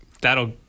that'll